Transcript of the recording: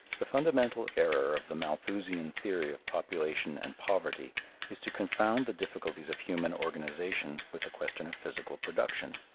the fundamental error of the malthusian theory of population and poverty is to confound the difficulties of human organization with the question of physical production.